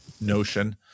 notion